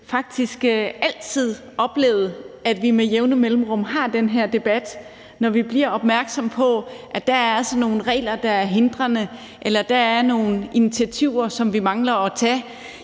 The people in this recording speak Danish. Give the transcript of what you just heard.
faktisk altid oplevet, at vi med jævne mellemrum har den her debat, når vi bliver opmærksomme på, at der er nogle regler, der er hindrende, eller at der er nogle initiativer, som vi mangler at tage.